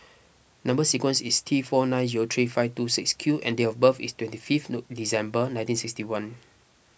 Number Sequence is T four nine zero three five two six Q and date of birth is twenty fifth no December nineteen sixty one